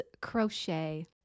crochet